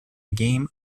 game